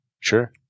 sure